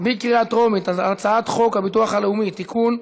בקריאה טרומית על הצעת חוק הביטוח הלאומי (תיקון,